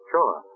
Sure